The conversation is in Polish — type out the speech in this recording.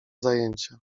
zajęcia